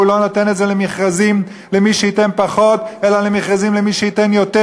ולא נותן את זה למכרזים למי שייתן פחות אלא למכרזים למי שייתן יותר,